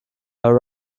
her